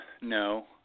no